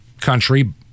country